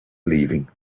leaving